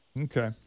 Okay